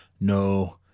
No